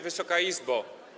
Wysoka Izbo!